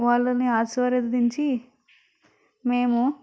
వాళ్ళని ఆశీర్వదించి మేము